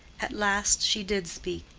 at last she did speak.